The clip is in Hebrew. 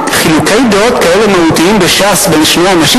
חילוקי דעות כאלה מהותיים בש"ס בין שני אנשים?